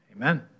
Amen